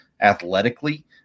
athletically